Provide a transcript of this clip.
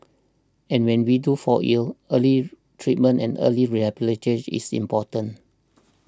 and when we do fall ill early treatment and early rehabilitation is important